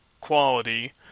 quality